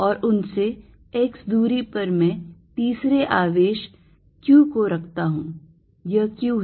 और उनसे x दूरी पर मैं तीसरे आवेश q को रखता हूं यह q है